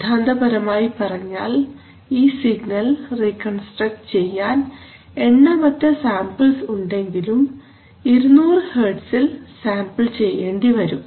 സിദ്ധാന്തപരമായി പറഞ്ഞാൽ ഈ signal reconstruct ചെയ്യാൻ എണ്ണമറ്റ സാമ്പിൾസ് ഉണ്ടെങ്കിലും 200 ഹെർട്ട്സിൽ സാമ്പിൾ ചെയ്യേണ്ടിവരും